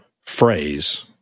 phrase